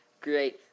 Great